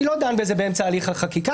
אני לא דן בזה באמצע הליך החקיקה,